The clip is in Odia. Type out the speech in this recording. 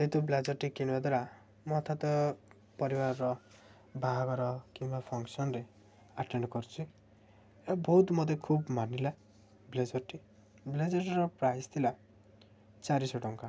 ଯେହେତୁ ବ୍ଲେଜରଟି କିଣିବା ଦ୍ୱାରା ପରିବାରର ବାହାଘର କିମ୍ବା ଫଙ୍କସନରେେ ଆଟେଣ୍ଡ କରିଛି ଏ ବହୁତ ମୋତେ ଖୁବ୍ ମାନିଲା ବ୍ଲେଜର୍ଟି ବ୍ଲେଜରଟିର ପ୍ରାଇସ୍ ଥିଲା ଚାରିଶହ ଟଙ୍କା